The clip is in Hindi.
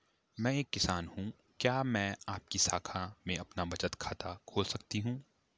मैं एक किसान हूँ क्या मैं आपकी शाखा में अपना बचत खाता खोल सकती हूँ?